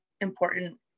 important